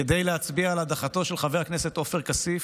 כדי להצביע על הדחתו של חבר הכנסת עופר כסיף,